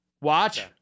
watch